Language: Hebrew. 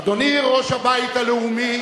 אדוני, ראש האיחוד הלאומי,